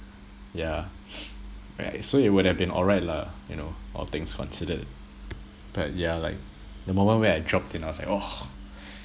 yeah right so it would have been alright lah you know all things considered but yeah like the moment where I dropped in I was like oh